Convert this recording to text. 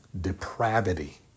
depravity